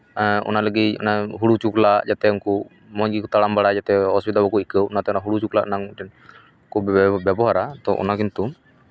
ᱚᱱᱟ ᱞᱟᱹᱜᱤᱫ ᱚᱱᱟ ᱦᱩᱲᱩ ᱪᱚᱠᱞᱟᱜ ᱡᱟᱛᱮ ᱩᱱᱠᱩ ᱢᱚᱡᱽ ᱜᱮᱠᱚ ᱛᱟᱲᱟᱢ ᱵᱟᱲᱟᱭ ᱡᱟᱛᱮ ᱚᱥᱩᱵᱤᱫᱷᱟ ᱵᱟᱠᱚ ᱟᱹᱭᱠᱟᱹᱣ ᱚᱱᱟᱛᱮ ᱦᱩᱲᱩ ᱪᱚᱠᱞᱟᱜ ᱨᱮᱱᱟᱝ ᱢᱤᱫᱴᱮᱱ ᱠᱚ ᱵᱮᱵᱚᱦᱟᱨᱟ ᱚᱱᱟ ᱠᱤᱱᱛᱩ